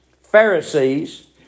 Pharisees